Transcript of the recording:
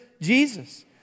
Jesus